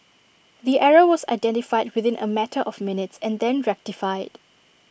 the error was identified within A matter of minutes and then rectified